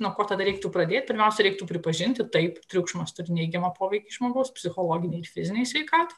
nuo ko tada reiktų pradėti pirmiausia reiktų pripažinti taip triukšmas turi neigiamą poveikį žmogaus psichologinei ir fizinei sveikatai